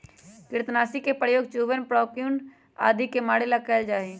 कृन्तकनाशी के प्रयोग चूहवन प्रोक्यूपाइन आदि के मारे ला कइल जा हई